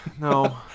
No